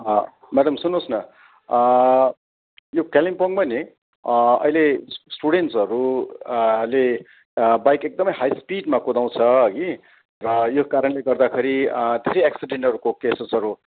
madam सुन्नुहोस् न यो कालिम्पोङमा नि अहिले इस स्टुडेन्सहरू ले बाइक एकदमै हाई स्पिडमा कुदाउँछ हगि र यो कारणले गर्दाखेरि धेरै एक्सिडेन्टहरूको केसेसहरू